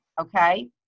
okay